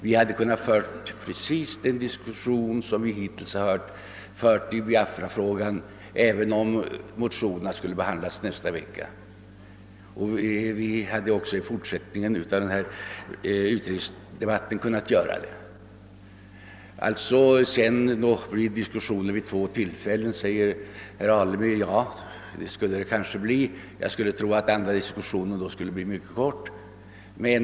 Vi hade i dag kunnat föra exakt samma diskussion i Biafrafrågan som vi nu gjort och i fortsättningen kommer att göra, även om motionerna hade kommit upp till behandling veckan efter påsk. Det hade då blivit samma diskussion vid två tillfällen, säger herr Alemyr. Ja, det är möjligt, men jag föreställer mig att diskussionen den andra gången då hade kunnat bli mycket kort.